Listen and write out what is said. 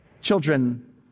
children